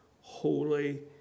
holy